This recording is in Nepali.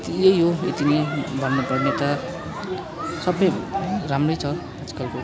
यही हो यति नै भन्नु पर्ने त सबै राम्रै छ आजकलको